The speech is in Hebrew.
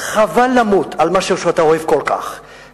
חבל למות על משהו שאתה אוהב כל כך.